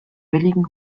billigen